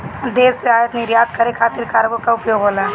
देश से आयात निर्यात करे खातिर कार्गो कअ उपयोग होला